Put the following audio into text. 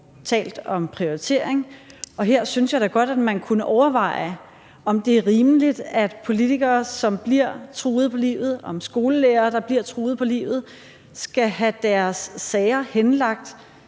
talt om prioritering, og her synes jeg da godt at man kunne overveje, om det er rimeligt, at politikere eller skolelærere, der bliver truet på livet, skal have deres sager henlagt